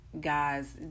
guys